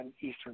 Eastern